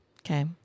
Okay